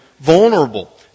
vulnerable